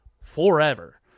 forever